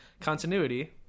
continuity